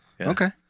Okay